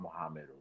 Muhammad